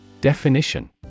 Definition